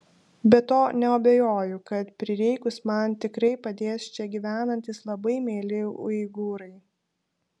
be to neabejoju kad prireikus man tikrai padės čia gyvenantys labai mieli uigūrai